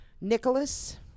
Nicholas